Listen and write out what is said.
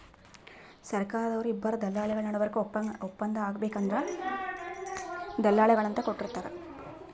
ಸರ್ಕಾರ್ದವ್ರು ಇಬ್ಬರ್ ದಲ್ಲಾಳಿಗೊಳ್ ನಡಬರ್ಕ್ ಒಪ್ಪಂದ್ ಆಗ್ಬೇಕ್ ಅಂದ್ರ ಬಾಂಡ್ ಪೇಪರ್ ಅಂತ್ ಕೊಟ್ಟಿರ್ತಾರ್